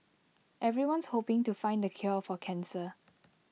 everyone's hoping to find the cure for cancer